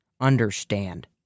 understand